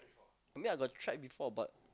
I mean I got tried before but